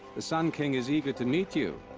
the sun king is eager to meet you.